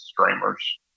streamers